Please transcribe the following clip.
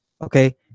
okay